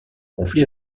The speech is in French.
conflit